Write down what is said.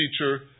teacher